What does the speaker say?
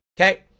Okay